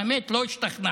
האמת היא שלא השתכנענו,